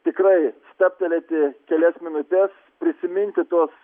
tikrai stabtelėti kelias minutes prisiminti tuos